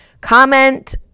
comment